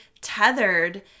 tethered